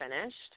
finished